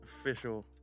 official